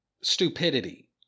stupidity